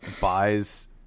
buys